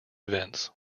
events